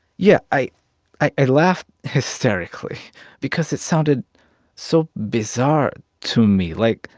yeah, i i laughed hysterically because it sounded so bizarre to me. like,